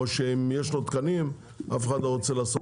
או שאם יש לו תקנים אף אחד לא רוצה לעשות